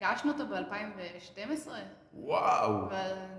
פגשנו אותו ב-2012. וואו!